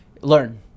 learn